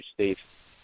Steve